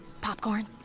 Popcorn